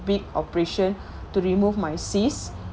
big operation to remove my cyst